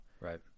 Right